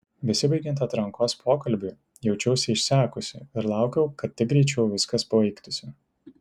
besibaigiant atrankos pokalbiui jaučiausi išsekusi ir laukiau kad tik greičiau viskas baigtųsi